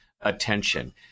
attention